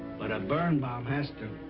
but a birnbaum has to.